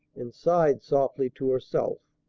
and sighed softly to herself.